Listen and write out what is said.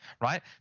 right